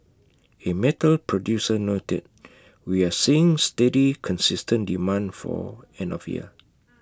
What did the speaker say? A metal producer noted we are seeing steady consistent demand for end of year